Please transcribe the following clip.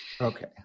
Okay